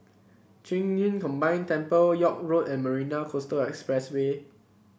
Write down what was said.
Qing Yun Combine Temple York Road and Marina Coastal Expressway